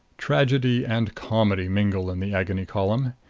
tragedy and comedy mingle in the agony column.